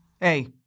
Hey